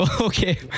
Okay